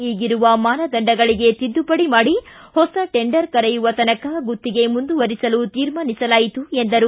ಈಗೀರುವ ಮಾನದಂಡಗಳಿಗೆ ತಿದ್ದುಪಡಿ ಮಾಡಿ ಹೊಸ ಟೆಂಡರ್ ಕರೆಯಲು ಅಲ್ಲಿಯವರೆಗೆ ಗುತ್ತಿಗೆ ಮುಂದುವರೆಸಲು ತೀರ್ಮಾನಿಸಲಾಯಿತು ಎಂದರು